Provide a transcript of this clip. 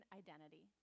identity